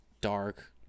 dark